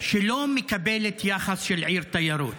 שלא מקבלת יחס של עיר תיירות.